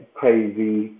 crazy